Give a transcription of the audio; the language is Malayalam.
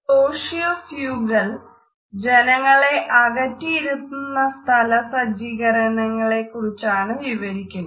സോഷ്യോഫ്യൂഗൽ ജനങ്ങളെ അകറ്റിയിരുത്തുന്ന സ്ഥല സജ്ജീകരണങ്ങളെക്കുറിച്ചാണ് വിവരിക്കുന്നത്